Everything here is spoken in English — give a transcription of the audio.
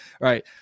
Right